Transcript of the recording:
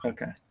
Okay